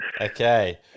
Okay